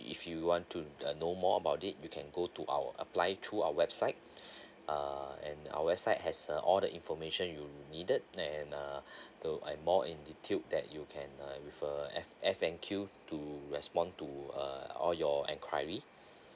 if you want to to know more about it you can go to our apply through our website err and our website has uh all the information you needed and uh more in detail that you can uh with a F F and Q to respond to uh all your enquiry